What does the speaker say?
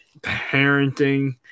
parenting